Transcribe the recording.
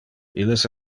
illes